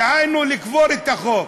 דהיינו, לקבור את החוק.